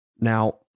Now